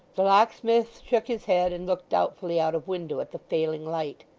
the locksmith shook his head, and looked doubtfully out of window at the failing light.